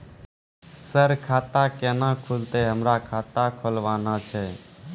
Sir खाता केना खुलतै, हमरा खाता खोलवाना छै?